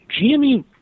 GME